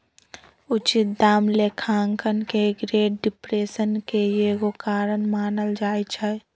उचित दाम लेखांकन के ग्रेट डिप्रेशन के एगो कारण मानल जाइ छइ